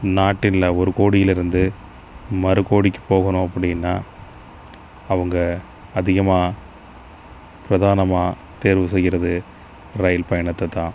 நாட்டில் ஒரு கோடிலேருந்து மறு கோடிக்கு போகணும் அப்படின்னா அவங்க அதிகமாக பிரதானமாக தேர்வு செய்யறது ரயில் பயணத்தைதான்